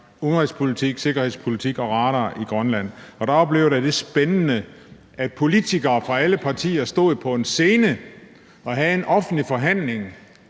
udenrigspolitik, sikkerhedspolitik og radar, og der oplevede jeg det spændende, at politikere fra alle partier stod på en scene og havde en offentlig forhandling,